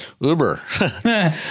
Uber